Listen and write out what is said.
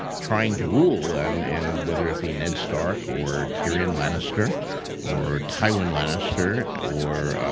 trying to rule. and and whether it be ned stark or tyrion lannister or tywin lannister or